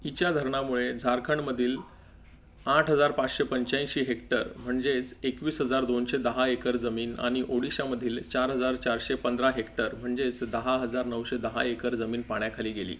इचा धरणामुळे झारखंडमधील आठ हजार पाचशे पंच्याऐंशी हेक्टर म्हणजेच एकवीस हजार दोनशे दहा एकर जमीन आणि ओडिशामधील चार हजार चारशे पंधरा हेक्टर म्हणजेच दहा हजार नऊशे दहा एकर जमीन पाण्याखाली गेली